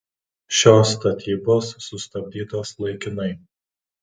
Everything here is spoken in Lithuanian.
šios statybos sustabdytos laikinai